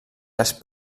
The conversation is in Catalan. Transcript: les